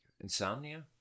insomnia